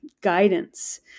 guidance